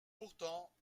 pourtant